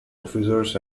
officers